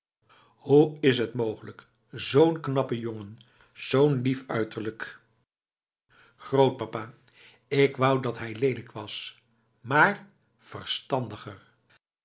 hoe is t mogelijk zoo'n knappe jongen zoo'n lief uiterlijk grootpapa ik wou dat hij leelijk was maar verstandiger